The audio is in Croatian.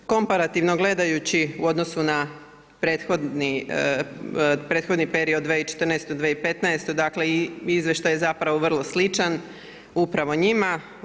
Komparativno gledajući u odnosu na prethodni period 2014. do 2015., dakle izveštaj je zapravo vrlo sličan upravo njima.